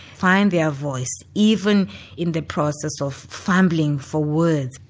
find their voice, even in the process of fumbling for words.